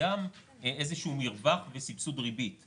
וגם איזשהו מרווח בסבסוד ריבית.